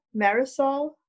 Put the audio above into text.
Marisol